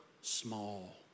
small